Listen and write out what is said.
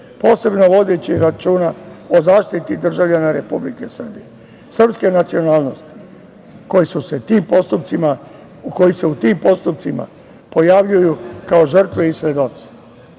posebno vodeći računa o zaštiti državljana Republike Srbije srpske nacionalnosti koji se tim postupcima pojavljuju kao žrtve i svedoci. Razlog